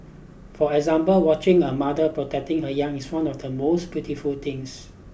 for example watching a mother protecting her young is one of the most beautiful things